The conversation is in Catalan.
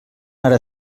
ara